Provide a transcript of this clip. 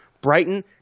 Brighton